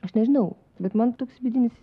aš nežinau bet man toks vidinis